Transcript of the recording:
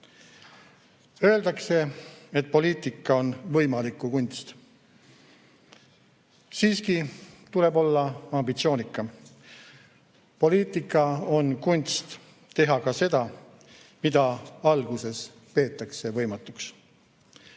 veel. Öeldakse, et poliitika on võimaliku kunst. Siiski tuleb olla ambitsioonikam: poliitika on kunst teha ka seda, mida alguses peetakse võimatuks.